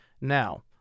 Now